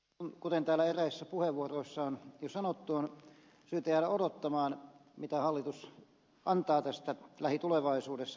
kuten täällä eräissä puheenvuoroissa on jo sanottu on syytä jäädä odottamaan uutta esitystä jonka hallitus antaa tästä lähitulevaisuudessa